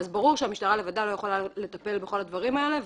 ברור שהמשטרה לבדה לא יכולה לטפל בכל הדברים האלה.